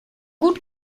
gut